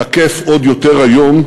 תקף עוד יותר היום,